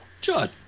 Judd